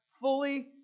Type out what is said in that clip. fully